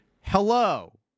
hello